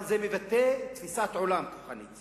אבל זה מבטא תפיסת עולם כוחנית